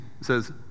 says